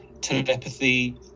telepathy